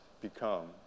become